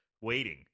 waiting